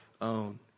Own